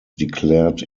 declared